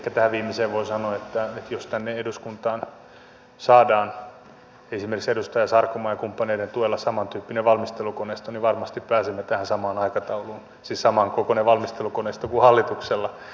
ehkä tähän viimeiseen voi sanoa että jos tänne eduskuntaan saadaan esimerkiksi edustaja sarkomaan ja kumppaneiden tuella samantyyppinen valmistelukoneisto niin varmasti pääsemme tähän samaan aikatauluun siis samankokoinen valmistelukoneisto kuin hallituksella